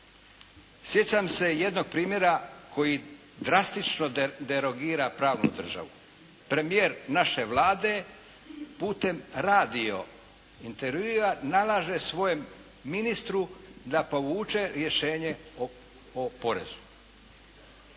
Sjećam se jednog primjera koji drastično derogira pravnu državu. Premijer naše Vlade putem radio intervjua nalaže svojem ministru da povuče rješenje o porezu.